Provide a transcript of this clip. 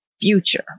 future